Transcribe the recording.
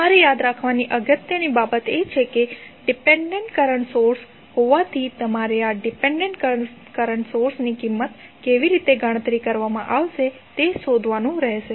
તમારે યાદ રાખવાની અગત્યની બાબત એ છે કે તે ડિપેન્ડેન્ટ કરંટ સોર્સ હોવાથી તમારે આ ડિપેન્ડેન્ટ કરંટ સોર્સની કિંમત કેવી રીતે ગણતરી કરવામાં આવશે તે શોધવાનું રહેશે